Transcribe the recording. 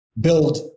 build